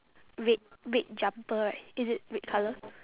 red red jumper right is it red colour